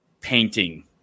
painting